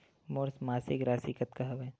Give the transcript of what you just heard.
मोर मासिक राशि कतका हवय?